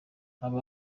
aba